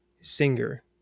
singer